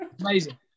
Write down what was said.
Amazing